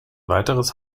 weiteres